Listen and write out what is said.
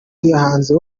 tuyahanze